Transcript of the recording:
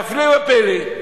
והפלא ופלא,